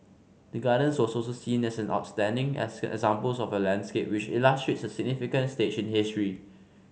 the gardens was also seen as an outstanding examples of a landscape which illustrates a significant stage in history